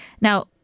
Now